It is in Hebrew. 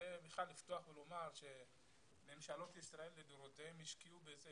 רוצה לפתוח ולומר שממשלת ישראל לדורותיהן השקיעו ביוצאי